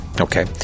Okay